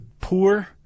poor